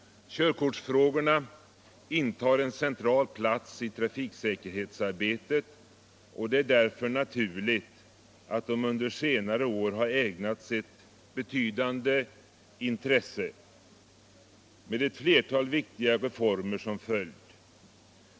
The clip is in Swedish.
Körkortsfrågorna intar en central plats i trafiksäkerhetsarbetet, och det är därför naturligt att man under senare år har ägnat dem betydande intresse med ett flertal viktiga reformer som följd.